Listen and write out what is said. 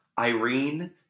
Irene